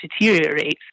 deteriorates